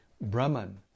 Brahman